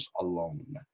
alone